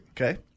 Okay